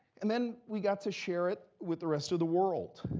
and then, we got to share it with the rest of the world.